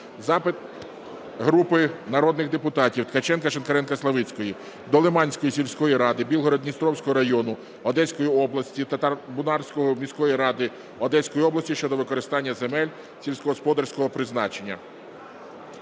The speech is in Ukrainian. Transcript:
Запит групи народних депутатів (Ткаченка, Шинкаренка, Славицької) до Лиманської сільської ради Білгород-Дністровського району Одеської області, Татарбунарської міської ради Одеської області щодо використання земель сільськогосподарського призначення.